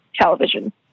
television